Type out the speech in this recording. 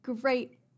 great